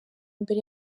mbere